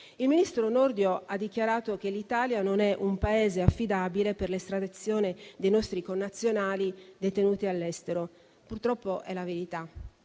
Il ministro Nordio ha dichiarato che l'Italia non è un Paese affidabile per l'estradizione dei nostri connazionali detenuti all'estero. Purtroppo è la verità.